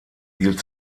hielt